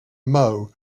mow